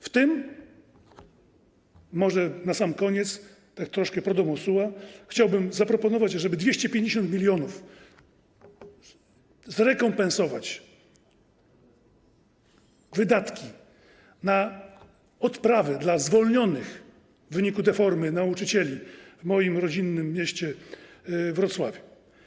W tym może na sam koniec, tak troszkę pro domo sua, chciałbym zaproponować, żeby 250 mln zrekompensować wydatki na odprawy dla zwolnionych w wyniku deformy nauczycieli w moim rodzinnym mieście Wrocławiu.